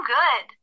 good